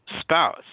spouse